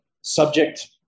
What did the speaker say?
subject